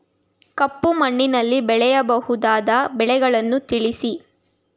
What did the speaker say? ಕಪ್ಪು ಮಣ್ಣಿನಲ್ಲಿ ಬೆಳೆಯಬಹುದಾದ ಬೆಳೆಗಳನ್ನು ತಿಳಿಸಿ?